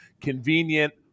convenient